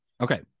okay